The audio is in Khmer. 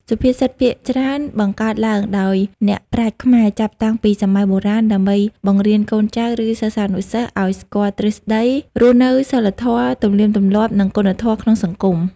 សុភាសិតភាគច្រើនបង្កើតឡើងដោយអ្នកប្រាជ្ញខ្មែរចាប់តាំងពីសម័យបុរាណដើម្បីបង្រៀនកូនចៅឬសិស្សានុសិស្សឲ្យស្គាល់ទ្រឹស្តីរស់នៅសីលធម៌ទំនៀមទម្លាប់និងគុណធម៌ក្នុងសង្គម។